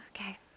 Okay